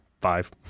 five